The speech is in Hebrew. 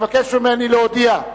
מבקש ממני להודיע,